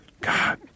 God